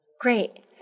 Great